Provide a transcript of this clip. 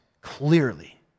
clearly